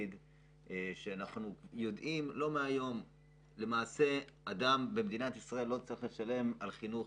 יודע לא מהיום שיש בעיה עם הגיל הרך.